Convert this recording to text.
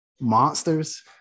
Monsters